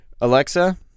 Alexa